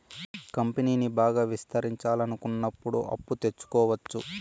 కంపెనీని బాగా విస్తరించాలనుకున్నప్పుడు అప్పు తెచ్చుకోవచ్చు